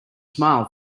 smile